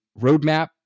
roadmap